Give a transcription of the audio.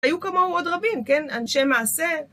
היו כמוהו עוד רבים, כן? אנשי מעשה.